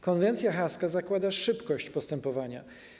Konwencja haska zakłada szybkość postępowania.